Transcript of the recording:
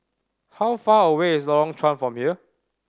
how far away is Lorong Chuan from here